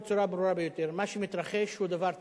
בצורה ברורה ביותר: מה שמתרחש הוא דבר טבעי,